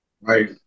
right